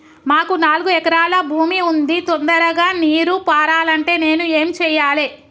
మాకు నాలుగు ఎకరాల భూమి ఉంది, తొందరగా నీరు పారాలంటే నేను ఏం చెయ్యాలే?